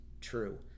true